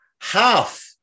Half